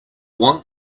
want